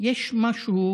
יש משהו